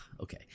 Okay